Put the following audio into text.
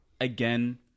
again